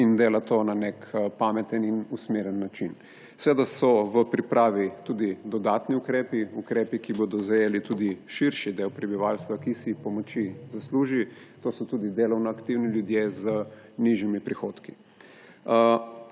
pa dela na nek pameten in usmerjen način. Seveda so v pripravi tudi dodatni ukrepi, ukrepi, ki bodo zajeli tudi širši del prebivalstva, ki si pomoči zasluži, to so tudi delovnoaktivni ljudje z nižjimi prihodki.